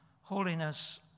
holiness